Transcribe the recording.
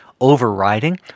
overriding